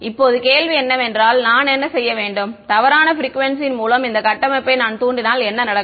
இப்போது கேள்வி என்னவென்றால் நான் என்ன செய்ய வேண்டும் தவறான ப்ரிக்குவேன்சியின் மூலம் இந்த கட்டமைப்பை நான் தூண்டினால் என்ன நடக்கும்